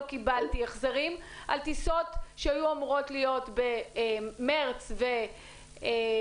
קיבלתי החזרים על טיסות שהיו אמורות להיות במרץ ואפריל,